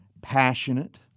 passionate